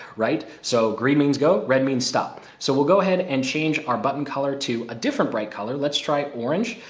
right? so green means go, red means stop. so we'll go ahead and change our button color to a different bright color let's try orange.